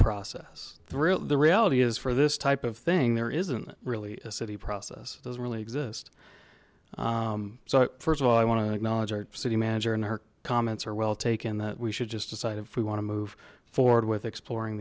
process the reality is for this type of thing there isn't really a city process it doesn't really exist so first of all i want to acknowledge our city manager and her comments are well taken that we should just decide if we want to move forward with exploring